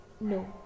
No